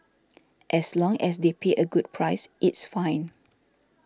as long as they pay a good price it's fine